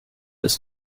ist